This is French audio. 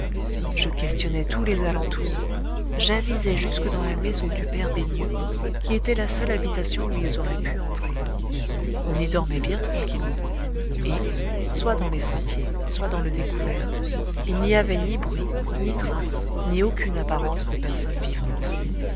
je questionnai tous les alentours j'avisai jusque dans la maison du père bégneux qui était la seule habitation où ils auraient pu entrer on y dormait bien tranquillement et soit dans les sentiers soit dans le découvert il n'y avait ni bruit ni trace ni aucune apparence de personne vivante